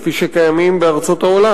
כפי שיש בארצות העולם.